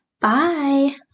Bye